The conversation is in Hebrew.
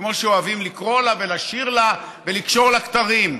כמו שאוהבים לקרוא לה ולשיר לה ולקשור לה כתרים.